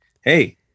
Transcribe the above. Hey